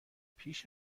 پیش